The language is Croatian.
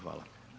Hvala.